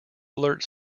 alert